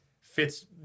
fits